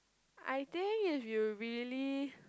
I think if you really